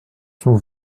son